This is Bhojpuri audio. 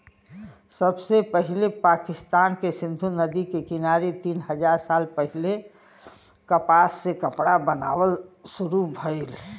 सबसे पहिले पाकिस्तान के सिंधु नदी के किनारे तीन हजार साल पहिले कपास से कपड़ा बनावल शुरू भइल